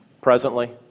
Presently